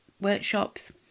workshops